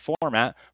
format